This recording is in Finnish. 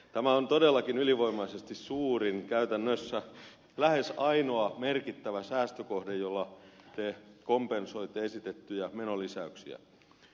tämä on todellakin ylivoimaisesti suurin käytännössä lähes ainoa merkittävä säästökohde jolla te kompensoitte esitettyjä menonlisäyksiä